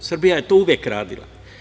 Srbija je to uvek radila.